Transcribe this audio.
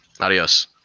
Adios